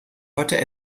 heute